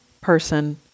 person